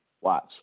Watch